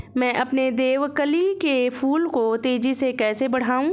मैं अपने देवकली के फूल को तेजी से कैसे बढाऊं?